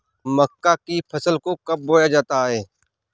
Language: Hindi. मक्का की फसल को कब बोया जाता है?